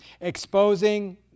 exposing